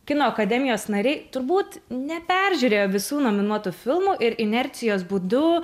kino akademijos nariai turbūt neperžiūrėjo visų nominuotų filmų ir inercijos būdu